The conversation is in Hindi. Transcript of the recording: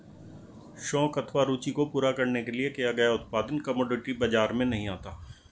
शौक अथवा रूचि को पूरा करने के लिए किया गया उत्पादन कमोडिटी बाजार में नहीं आता